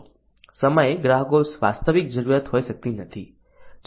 સમયે ગ્રાહકો વાસ્તવિક જરૂરિયાત હોઈ શકતી નથી